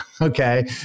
Okay